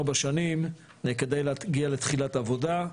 ארבע שנים כדי להגיע לתחילת עבודה,